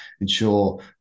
ensure